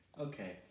Okay